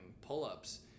pull-ups